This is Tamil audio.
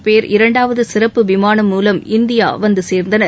பேர் இரண்டாவது சிறப்பு விமானம் மூலம் இந்தியா வந்து சேர்ந்தனர்